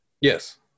Yes